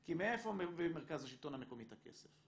כי מאיפה מביא מרכז השלטון המקומי את הכסף?